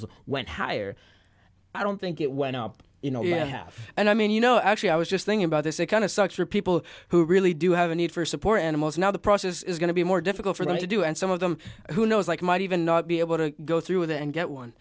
almost went higher i don't think it went up you know yeah and i mean you know actually i was just thinking about this it kind of sucks for people who really do have a need for support animals now the process is going to be more difficult for them to do and some of them who knows like might even be able to go through with it and get one